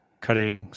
cutting